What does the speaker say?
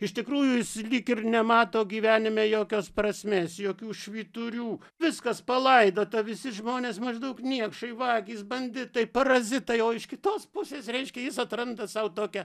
iš tikrųjų jis lyg ir nemato gyvenime jokios prasmės jokių švyturių viskas palaidota visi žmonės maždaug niekšai vagys banditai parazitai o iš kitos pusės reiškia jis atranda sau tokią